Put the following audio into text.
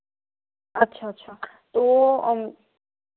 अच्छा अच्छा तो